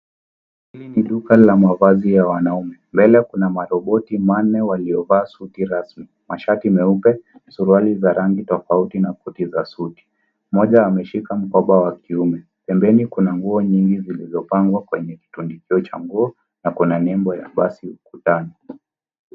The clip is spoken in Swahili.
Hili ni duka la mavazi ya wanaume. Mbele kuna maroboti manne waliovaa suti rasmi. Mashati meupe, suruali za rangi tofauti, na koti za suti. Moja ameshika mkoba wa kiume. Pembeni kuna nguo nyingi zilizopangwa kwenye kitundikio cha nguo, na kuna nebo ya basi ukutani.